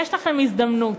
יש לכם הזדמנות.